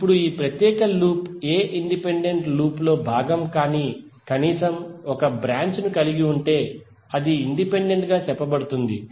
ఇప్పుడు ఈ ప్రత్యేక లూప్ ఏ ఇండిపెండెంట్ లూప్ లో భాగం కాని కనీసం ఒక బ్రాంచ్ ను కలిగి ఉంటే అది ఇండిపెండెంట్ గా చెప్పబడుతుంది